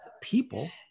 people